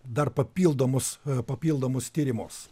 dar papildomus papildomus tyrimus